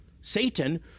Satan